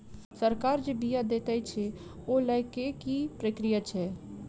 सरकार जे बीज देय छै ओ लय केँ की प्रक्रिया छै?